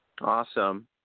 Awesome